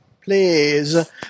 Please